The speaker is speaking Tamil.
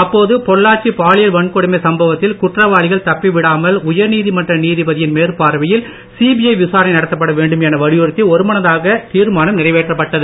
அப்போது பொள்ளாச்சி பாலியல் வன்கொடுமை சம்பவத்தில் குற்றவாளிகள் தப்பவிடாமல் உயர்நீதிமன்ற நீதிபதியின் மேற்பார்வையில் சிபிஐ விசாரணை நடத்தப்பட வேண்டும் என வலியுறுத்தி ஒருமனதாக தீர்மானம் நிறைவேற்றப்பட்டது